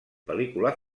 pel·lícula